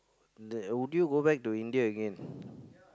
the would you go back to India again